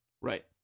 Right